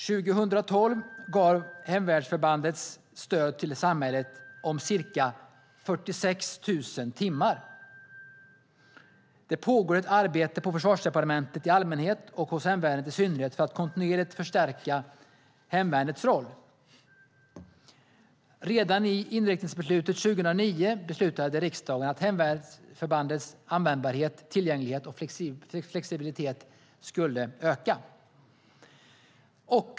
År 2012 gav hemvärnsförbanden stöd till samhället om ca 46 000 timmar. Det pågår ett arbete på Försvarsdepartementet i allmänhet och hos hemvärnet i synnerhet för att kontinuerligt förstärka hemvärnets roll. Redan i inriktningsbeslutet 2009 beslutade riksdagen att hemvärnsförbandens användbarhet, tillgänglighet och flexibilitet skulle öka.